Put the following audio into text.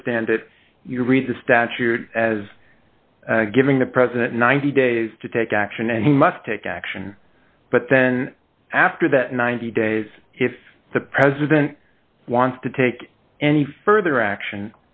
understand it you read the statute as giving the president ninety days to take action and he must take action but then after that ninety days if the president wants to take any further action